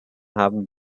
haben